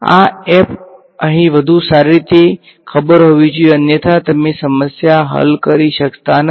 આ f અહીં વધુ સારી રીતે ખબર હોવી જોઈએ અન્યથા તમે સમસ્યા હલ કરી શકતા નથી